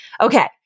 Okay